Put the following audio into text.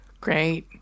Great